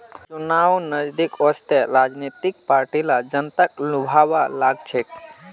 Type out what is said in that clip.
चुनाव नजदीक वस त राजनीतिक पार्टि ला जनताक लुभव्वा लाग छेक